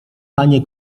panie